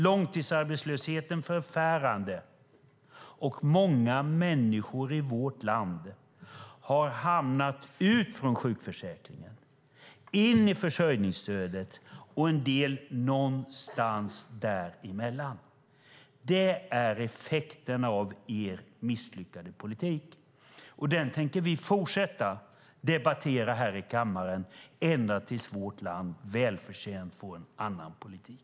Långtidsarbetslösheten är förfärande. Många människor i vårt land har åkt ut ur sjukförsäkringen och in i försörjningsstödet och en del har hamnat någonstans däremellan. Det är effekten av er misslyckade politik. Den tänker vi fortsätta att debattera här i kammaren ända tills vårt land välförtjänt får en annan politik.